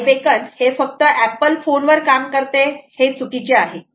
I beacon हे फक्त Apple phone वर काम करते हे चुकीचे आहे